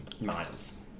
miles